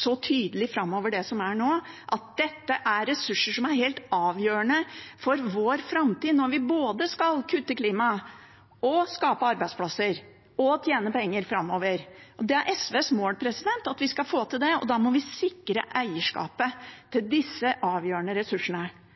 så tydelig framover – at dette er ressurser som er helt avgjørende for vår framtid når vi både skal kutte klimagassutslipp, skape arbeidsplasser og tjene penger framover. Det er SVs mål at vi skal få til det, og da må vi sikre eierskapet til disse avgjørende ressursene.